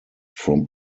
from